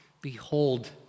behold